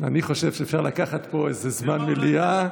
חושב שאפשר לקחת פה איזה זמן מליאה,